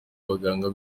abaganga